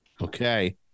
Okay